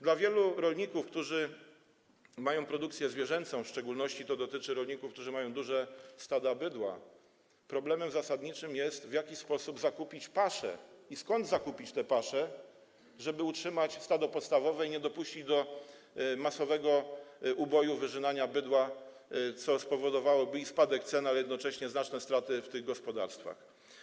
Dla wielu rolników, którzy mają produkcję zwierzęcą, w szczególności to dotyczy rolników, którzy mają duże stada bydła, problemem zasadniczym jest to, jak zakupić pasze i skąd zakupić te pasze, żeby utrzymać stado podstawowe i nie dopuścić do masowego uboju, wyrzynania bydła, co spowodowałoby spadek cen i jednocześnie znaczne straty w tych gospodarstwach.